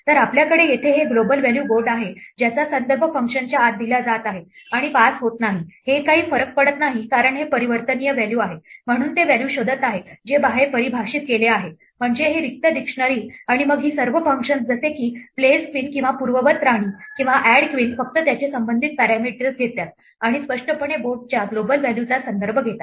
तर आपल्याकडे येथे हे ग्लोबल व्हॅल्यू बोर्ड आहे ज्याचा संदर्भ फंक्शनच्या आत दिला जात आहे आणि पास होत नाही हे काही फरक पडत नाही कारण हे परिवर्तनीय व्हॅल्यू आहे म्हणून ते व्हॅल्यू शोधत आहे जे बाहेर परिभाषित केले आहे म्हणजे हे रिक्त डिक्शनरी आणि मग ही सर्व फंक्शन्स जसे की प्लेस क्वीन किंवा पूर्ववत राणी किंवा ऍड क्वीन फक्त त्यांचे संबंधित पॅरामीटर्स घेतात आणि स्पष्टपणे बोर्डच्या ग्लोबल व्हॅल्यूचा संदर्भ घेतात